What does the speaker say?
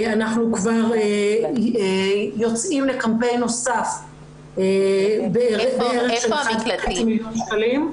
אנחנו כבר יוצאים לקמפיין נוסף בערך של חצי מיליון שקלים.